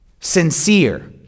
sincere